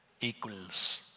equals